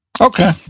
Okay